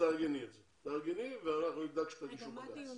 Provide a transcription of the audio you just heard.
תארגני ואנחנו נדאג שתגישו בג"צ.